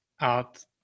out